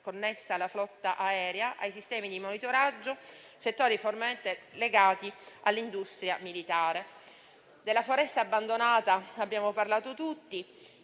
connesse alla flotta aerea e ai sistemi di monitoraggio, settori formalmente legati all'industria militare. Della foresta abbandonata abbiamo parlato tutti,